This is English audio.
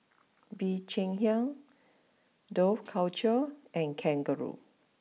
Bee Cheng Hiang Dough culture and Kangaroo